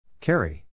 Carry